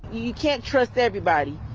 you can't trust everybody.